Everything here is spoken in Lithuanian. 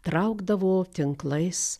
traukdavo tinklais